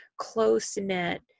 close-knit